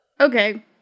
okay